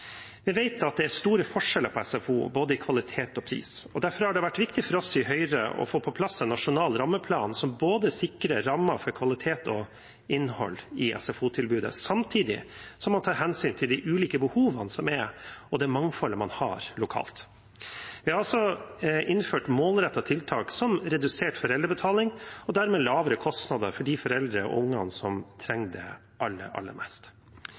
Vi vet at det er store forskjeller på SFO i både kvalitet og pris, og derfor har det vært viktig for oss i Høyre å få på plass en nasjonal rammeplan som både sikrer rammer for kvalitet og innhold i SFO-tilbudet samtidig som man tar hensyn til de ulike behovene som er, og det mangfoldet man har lokalt. Vi har også innført målrettede tiltak som redusert foreldrebetaling – og dermed lavere kostnader for de foreldrene og ungene som trenger det aller, aller mest.